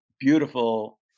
beautiful